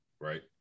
Right